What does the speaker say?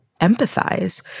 empathize